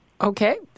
Okay